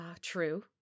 true